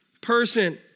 person